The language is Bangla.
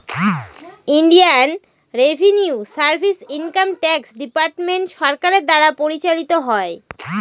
Indian revenue service income tax department সরকারের দ্বারা পরিচালিত হয়